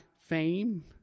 fame